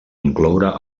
incloure